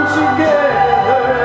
together